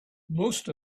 most